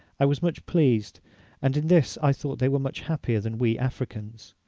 i was much pleased and in this i thought they were much happier than we africans.